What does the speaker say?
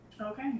Okay